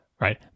Right